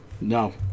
No